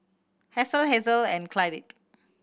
Hasel Hazle and Clydie